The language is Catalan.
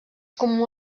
comú